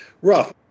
rough